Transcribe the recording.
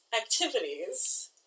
activities